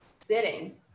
sitting